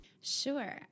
Sure